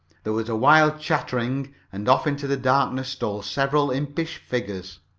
there was a wild chattering and off into the darkness stole several impish figures.